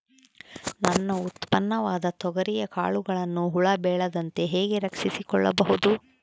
ನನ್ನ ಉತ್ಪನ್ನವಾದ ತೊಗರಿಯ ಕಾಳುಗಳನ್ನು ಹುಳ ಬೇಳದಂತೆ ಹೇಗೆ ರಕ್ಷಿಸಿಕೊಳ್ಳಬಹುದು?